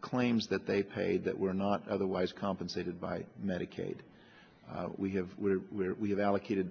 claims that they paid that were not otherwise compensated by medicaid we have we have allocated